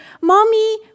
mommy